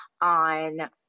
on